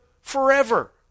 forever